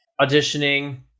auditioning